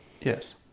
Yes